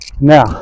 Now